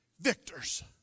victors